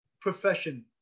profession